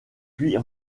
puis